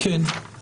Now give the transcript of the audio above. כן.